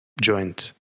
joint